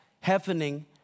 happening